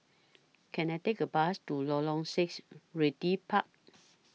Can I Take A Bus to Lorong six Realty Park